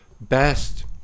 best